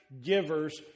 givers